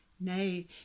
Nay